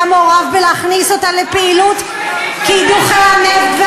מעורב בלהכניס אותה לפעילות קידוחי הנפט,